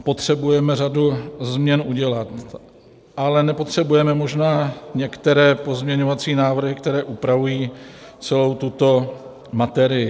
Potřebujeme řadu změn udělat, ale nepotřebujeme možná některé pozměňovacími návrhy, které upravují celou tuto materii.